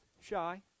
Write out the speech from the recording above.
shy